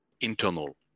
internal